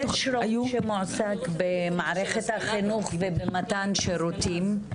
יש מי שמועסק במערכת החינוך ומתן שירותים.